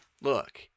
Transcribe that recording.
look